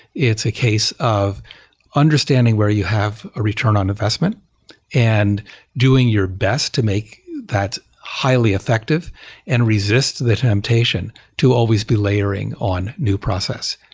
it's a case of understanding where you have a return on investment and doing your best to make that highly effective and resist the temptation to always be layering on new process.